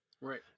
Right